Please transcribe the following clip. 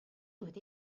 wedi